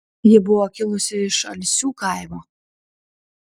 ji buvo kilusi iš alsių kaimo